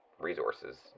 resources